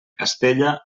castella